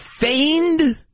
feigned